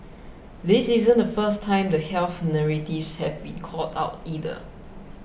this isn't the first time the health narratives have been called out either